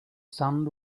sand